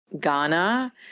Ghana